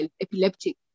epileptic